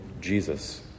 Jesus